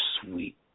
sweet